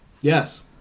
Yes